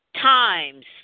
times